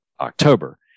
October